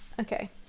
okay